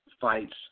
fights